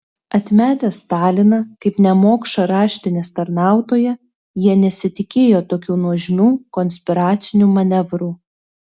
atmetę staliną kaip nemokšą raštinės tarnautoją jie nesitikėjo tokių nuožmių konspiracinių manevrų